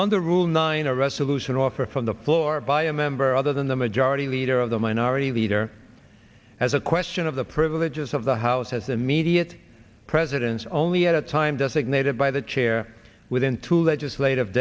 on the rule nine a resolution offer from the floor by a member other than the majority leader of the minority leader as a question of the privileges of the house as immediate presidents only at a time does ignited by the chair within two legislative